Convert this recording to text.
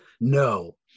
No